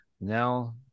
now